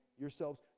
yourselves